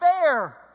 fair